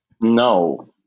No